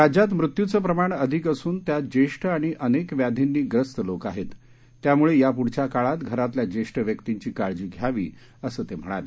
राज्यात मृत्युचं प्रमाण अधिक असून त्यात ज्येष्ठ आणि अनेक व्याधींनी त्रस्त लोक आहेत त्यामुळे यापुढच्या काळात घरातल्या ज्येष्ठ व्यक्तींची काळजी घ्यावी असं ते म्हणाले